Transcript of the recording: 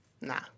Nah